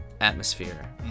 atmosphere